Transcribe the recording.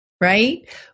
right